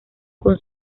con